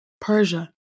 Persia